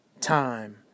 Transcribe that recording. time